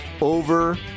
over